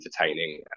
entertaining